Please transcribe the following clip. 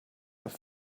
have